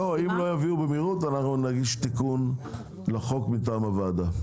יגיעו במהירות, נגיש תיקון לחוק מטעם הוועדה.